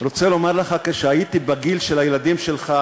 רוצה לומר לך, כשהייתי בגיל של הילדים שלך